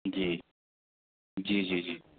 جی جی جی جی